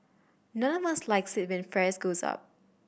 none of us likes it when fries goes up